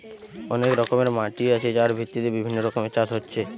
অনেক রকমের মাটি আছে যার ভিত্তিতে বিভিন্ন রকমের চাষ হচ্ছে